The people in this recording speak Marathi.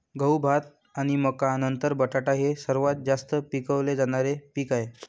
गहू, भात आणि मका नंतर बटाटा हे सर्वात जास्त पिकवले जाणारे पीक आहे